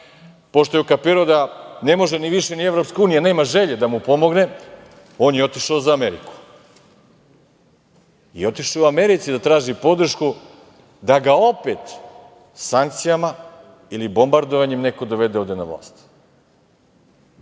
pošto je ukapirao da ne može više ni EU, nema želje da mu pomogne, on je otišao za Ameriku. Otišao je Americi da traži podršku, da ga opet sankcijama ili bombardovanjem neko dovede ovde na vlast. To